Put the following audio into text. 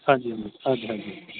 ਹਾਂਜੀ ਹਾਂਜੀ ਹਾਂਜੀ ਹਾਂਜੀ